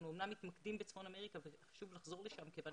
אנחנו אמנם מתמקדים בצפון אמריקה וזה חשוב לחזור לשם כיוון